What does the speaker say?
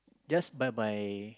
just by my